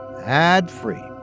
ad-free